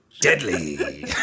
deadly